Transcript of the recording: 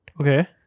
Okay